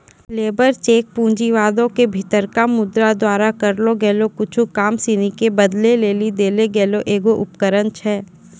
labour cheque पूँजीवादो के भीतरका मुद्रा द्वारा करलो गेलो कुछु काम सिनी के बदलै लेली देलो गेलो एगो उपकरण छै